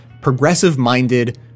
progressive-minded